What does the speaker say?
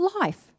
life